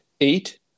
eight